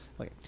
okay